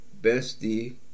Bestie